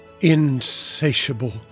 insatiable